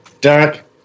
Derek